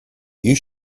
you